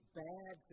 bad